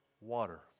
Water